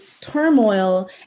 turmoil